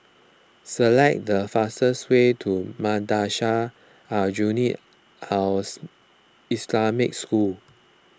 select the fastest way to Madrasah Aljunied Al Islamic School